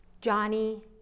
Johnny